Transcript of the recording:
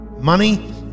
Money